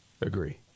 Agree